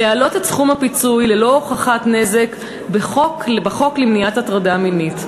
להעלות את סכום הפיצוי ללא הוכחת נזק בחוק למניעת הטרדה מינית,